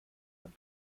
ein